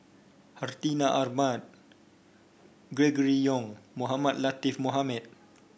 Hartinah Ahmad Gregory Yong Mohamed Latiff Mohamed